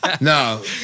No